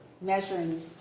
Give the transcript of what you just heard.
measuring